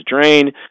drain